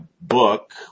book